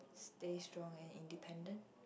stay strong and independent